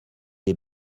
des